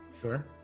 Sure